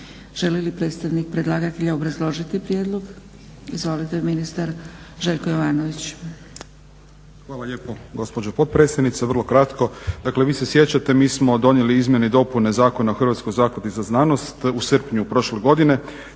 Želi li predstavnik predlagatelja obrazložiti prijedlog? Izvolite ministar Željko Jovanović. **Jovanović, Željko (SDP)** Hvala lijepo gospođo potpredsjednice. Dakle vrlo kratko, dakle vi se sjećate mi smo donijeli izmjene i dopune Zakona o hrvatskoj zakladi za znanost u srpnju prošle godine.